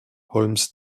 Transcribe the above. holmes